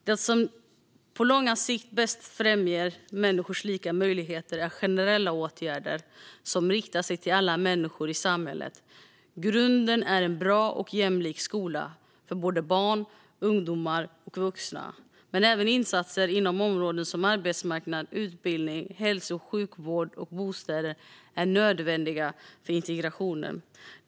Det som på lång sikt bäst främjar människors lika möjligheter är generella åtgärder som riktar sig till alla människor i samhället. Grunden är en bra och jämlik skola för barn, ungdomar och vuxna, men även insatser inom områden som arbetsmarknad, utbildning, hälso och sjukvård och bostäder är nödvändiga för integrationen.